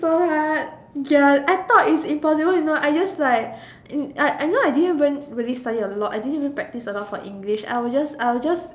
so hard ya I thought its impossible you know I just like I know I didn't even really study a lot I didn't even practise a lot for English I was just I was just